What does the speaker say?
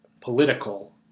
political